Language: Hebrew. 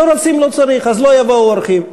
לא רוצים, לא צריך, אז לא יבואו אורחים.